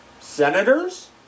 senators